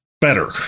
better